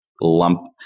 lump